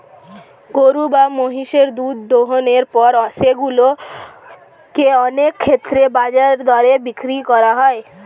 গরু বা মহিষের দুধ দোহনের পর সেগুলো কে অনেক ক্ষেত্রেই বাজার দরে বিক্রি করা হয়